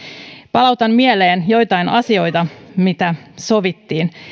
palautan mieleen joitain asioita mitä sovittiin